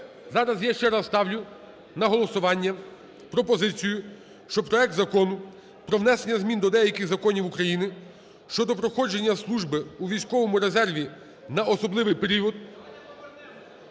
Зараз я ще раз ставлю на голосування пропозицію, що проект Закону про внесення змін до деяких законів України щодо проходження служби у військовому резерві на особливий період.